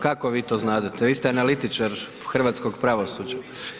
Kako vi to znadete, vi ste analitičar hrvatskog pravosuđa?